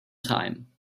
time